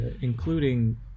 Including